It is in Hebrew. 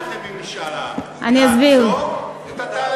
איילת,